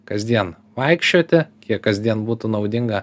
kasdien vaikščioti kiek kasdien būtų naudinga